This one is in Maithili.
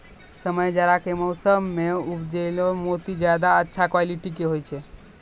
समय जाड़ा के मौसम मॅ उपजैलो मोती ज्यादा अच्छा क्वालिटी के होय छै